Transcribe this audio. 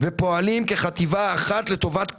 שאנחנו צריכים לפעול כחטיבה אחת לטובת כולנו.